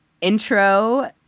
intro